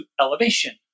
elevation